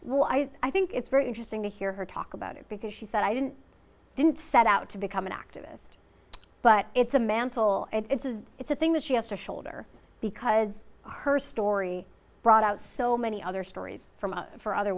why i think it's very interesting to hear her talk about it because she said i didn't didn't set out to become an activist but it's a mantle it's a it's a thing that she has to shoulder because her story brought out so many other stories from for other